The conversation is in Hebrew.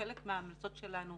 חלק מההמלצות שלנו,